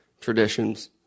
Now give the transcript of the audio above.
traditions